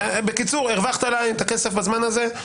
בקיצור הרווחת עליי את הכסף בזמן הזה.